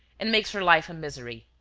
and makes her life a misery.